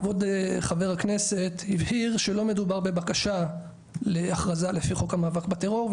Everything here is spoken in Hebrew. כבוד חבר הכנסת הבהיר שלא מדובר בבקשה להכרזה לפי חוק המאבק בטרור,